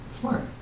Smart